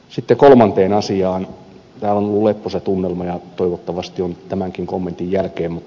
täällä on ollut leppoisa tunnelma ja toivottavasti on tämänkin kommentin jälkeen